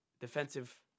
defensive